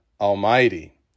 Almighty